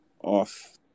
off